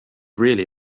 really